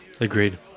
Agreed